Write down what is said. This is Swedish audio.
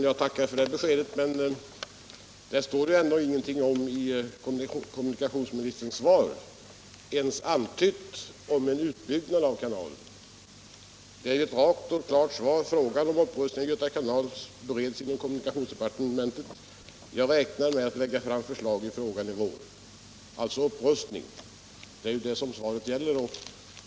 Herr talman! Jag tackar för detta besked. Men i kommunikationsministerns svar finns inte ens antytt något om en utbyggnad av kanalen. Svaret är rakt och klart: ”Frågan om upprustning av Göta kanal bereds inom kommunikationsdepartementet. Jag räknar med att lägga fram förslag i frågan i vår.” Det gäller alltså frågan om en upprustning.